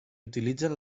utilitzen